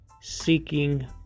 seeking